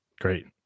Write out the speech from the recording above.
Great